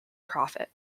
profit